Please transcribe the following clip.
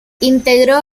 integró